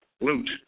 loot